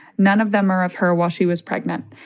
none of them are of her while she was pregnant.